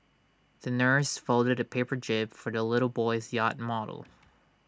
the nurse folded A paper jib for the little boy's yacht model